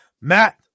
Matt